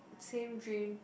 same dream